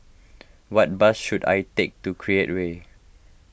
what bus should I take to Create Way